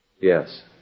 Yes